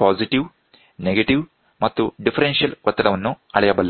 positive negative ಮತ್ತು differential ಒತ್ತಡವನ್ನು ಅಳೆಯಬಲ್ಲದು